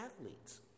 athletes